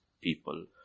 people